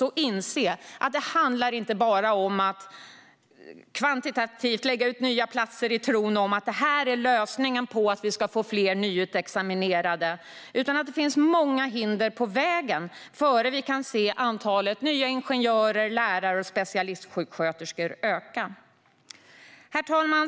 Vi måste inse att det inte bara handlar om att kvantitativt lägga ut nya platser i tron att det ska leda till fler nyutexaminerade, utan det finns många hinder på vägen innan vi kan se antalet nya ingenjörer, lärare och specialistsjuksköterskor öka. Herr talman!